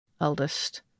eldest